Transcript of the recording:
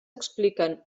expliquen